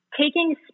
taking